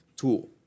tool